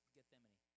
Gethsemane